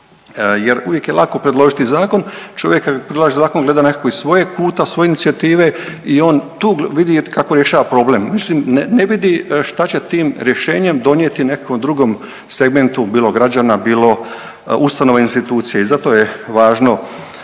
jer uvijek je lako predložiti zakon, čovjek kad predlaže zakon gleda nekako iz svojeg kuta, svoje inicijative i on tu vidi kako rješava problem. Međutim, ne vidi šta će tim rješenjem donijeti nekakvom drugom segmentu, bilo građana, bilo ustanova i institucija i zato je važno